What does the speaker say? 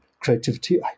Creativity